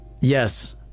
Yes